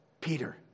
Peter